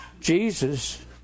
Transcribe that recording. Jesus